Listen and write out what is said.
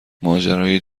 ماجرای